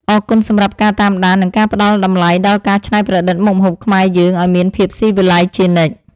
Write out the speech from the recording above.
អរគុណសម្រាប់ការតាមដាននិងការផ្តល់តម្លៃដល់ការច្នៃប្រឌិតមុខម្ហូបខ្មែរយើងឱ្យមានភាពស៊ីវិល័យជានិច្ច។